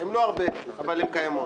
הן לא הרבה, אבל הן קיימות.